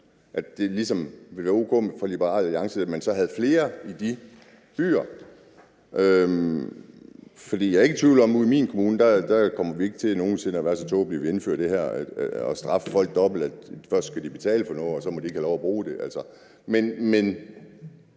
om det ligesom ville være o.k. for Liberal Alliance, at man så havde flere i de byer. Jeg er ikke i tvivl om, at ude i min kommune kommer vi ikke til nogen sinde at være så tåbelige, at vi indfører det her og straffer folk dobbelt, ved at de først skal betale for noget, og så må de ikke have lov at bruge det. Men